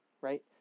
Right